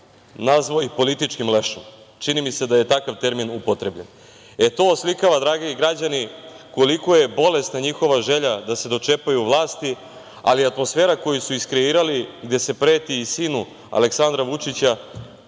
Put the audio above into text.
nazvao i političkim lešom, mislim da je takav termin upotrebljen. To oslikava, dragi građani, koliko je bolesna njihova želja da se dočepaju vlasti, ali atmosfera koju su iskreirali gde se preti i sinu Aleksandra Vučića,